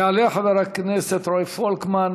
יעלה חבר הכנסת רועי פולקמן,